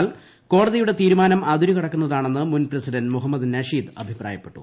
എന്നാൽ കോടതിയുടെ തീരുമാനം അതിരുകടക്കുന്നതാണെന്ന് മുൻ പ്രസിഡന്റ് മുഹമ്മദ് നഷീദ് അഭിപ്രായപ്പെട്ടു